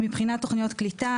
מבחינת תוכניות קליטה,